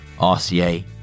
RCA